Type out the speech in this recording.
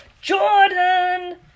Jordan